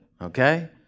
Okay